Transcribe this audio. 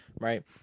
right